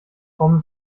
formel